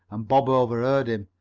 and bob overheard him.